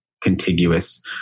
contiguous